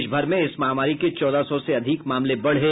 देश भर में इस महामारी के चौदह सौ से अधिक मामले बढ़े